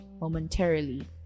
momentarily